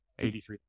83